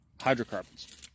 hydrocarbons